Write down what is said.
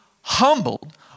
humbled